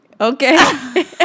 Okay